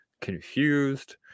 confused